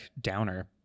downer